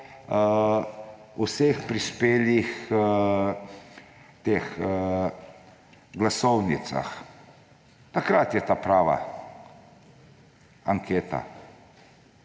vseh prispelih glasovnicah. Takrat je ta prava anketa.